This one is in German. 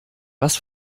was